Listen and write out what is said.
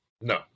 No